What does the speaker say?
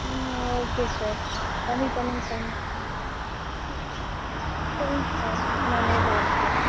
ம் okay sir கம்மி பண்ணுங்கள் சார் சரிங் சார் நான் நேர்ல வரேன் சார்